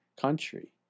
country